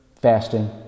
fasting